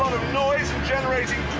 of noise and generating